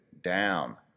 down